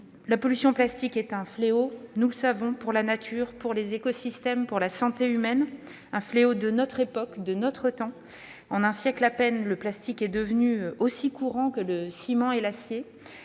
la pollution plastique est un fléau pour la nature, les écosystèmes et la santé humaine. C'est un fléau de notre époque, de notre temps : en un siècle à peine, le plastique est devenu aussi courant que le ciment et l'acier